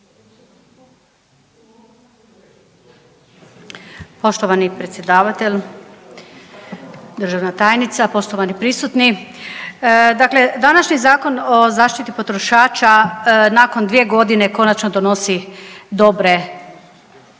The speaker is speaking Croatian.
Poštovani predsjedavatelj, državna tajnica, poštovani prisutni dakle današnji Zakon o zaštiti potrošača nakon 2 godine konačno donosi dobre